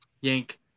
yank